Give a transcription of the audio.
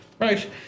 Right